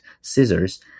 scissors